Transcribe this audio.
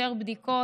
יותר בדיקות,